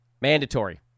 mandatory